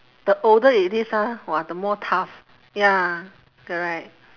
the older it is ah !wah! the more tough ya correct